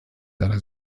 seiner